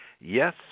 Yes